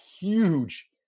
huge